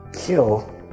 kill